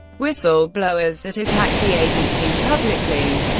whistle-blowers that attacked the agency publicly.